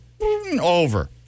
over